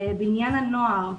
בעניין הנוער,